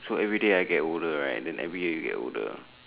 so everyday I get older right then everyday you get older